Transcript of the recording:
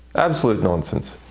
absolute nonsense.